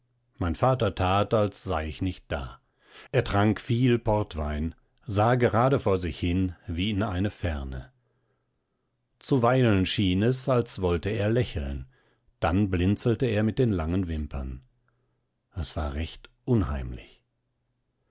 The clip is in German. mein vater tat als sei ich nicht da er trank viel portwein sah gerade vor sich hin wie in eine ferne zuweilen schien es als wollte er lächeln dann blinzelte er mit den langen wimpern es war recht unheimlich